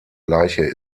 leiche